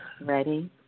ready